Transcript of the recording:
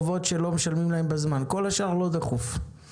אנחנו אשמים שהממשלה לא יודעת לשלם בזמן לגופי סמך?